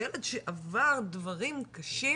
זה ילד שעבר דברים קשים